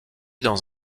dans